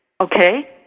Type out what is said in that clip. Okay